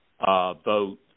vote